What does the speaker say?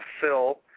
Phil